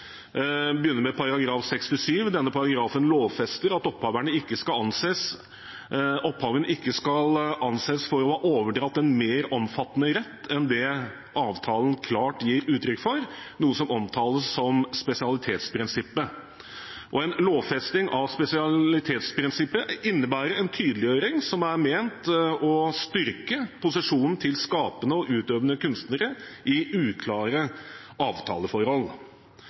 begynner med § 67. Denne paragrafen lovfester at opphaverne ikke skal anses for å ha overdratt en mer omfattende rett enn det avtalen klart gir uttrykk for, noe som omtales som spesialitetsprinsippet. En lovfesting av spesialitetsprinsippet innebærer en tydeliggjøring som er ment å styrke posisjonen til skapende og utøvende kunstnere i uklare avtaleforhold.